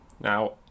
Now